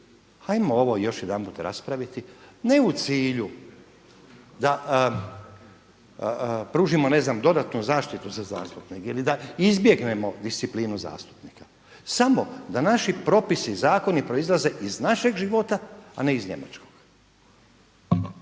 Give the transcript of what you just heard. ajmo ovo još jedanput raspraviti ne u cilju da pružimo ne znam dodatnu zaštitu za zastupnike ili da izbjegnemo disciplinu zastupnika, samo da naši propisi, zakoni proizlaze iz našeg života, a ne iz njemačkog.